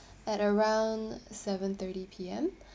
at around seven thirty P_M